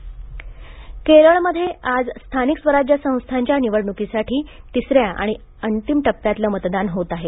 केरळ केरळमध्ये आज स्थानिक स्वराज्य संस्थांच्या निवडणुकीसाठी तिसऱ्या आणि अंतिम टप्प्यातील मतदान होत आहे